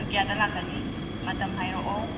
ꯇꯥꯡ ꯀꯌꯥꯗ ꯂꯥꯛꯀꯅꯤ ꯃꯇꯝ ꯍꯥꯏꯔꯛꯑꯣ